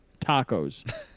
tacos